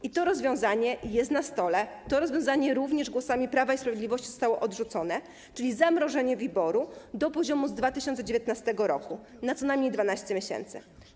I to rozwiązanie jest na stole, to rozwiązanie również głosami Prawa i Sprawiedliwości zostało odrzucone, chodzi o zmrożenie WIBOR-u do poziomu z 2019 r. na co najmniej 12 miesięcy.